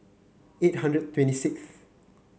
eight hundred twenty sixth